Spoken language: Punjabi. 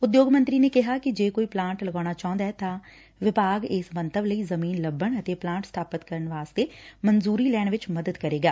ਉਦਯੋਗ ਮੰਤਰੀ ਨੇ ਕਿਹਾ ਕਿ ਜੇ ਕੋਈ ਪਲਾਂਟ ਲਗਾਉਣਾ ਚਾਹੰਦਾ ਐ ਤਾਂ ਵਿਭਾਗ ਇਸ ਮੰਤਵ ਲਈ ਜ਼ਮੀਨ ਲੱਭਣ ਅਤੇ ਪਲਾਂਟ ਸਬਾਪਤ ਕਰਨ ਵਾਸਤੇ ਮਨਜੁਰੀ ਲੈਣ ਵਿਚ ਮਦਦ ਕਰੇਗਾ